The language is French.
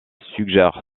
suggère